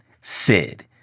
Sid